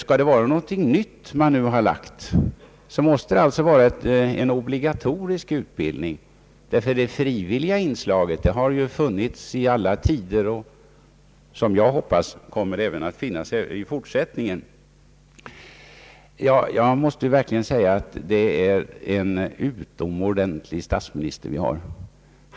Skall det vara något nytt man nu föreslår måste det vara fråga om en obligatorisk utbildning. Vidareutbildning som ett frivilligt inslag har funnits i alla tider och kommer, som jag hoppas, att finnas även i fortsättningen. Jag måste verkligen säga att det är en utomordentlig statsminister vi har.